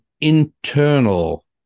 internal